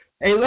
Hey